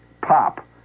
pop